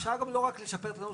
אפשר לא רק לשפר את הנוסח,